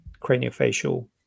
craniofacial